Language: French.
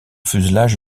fuselage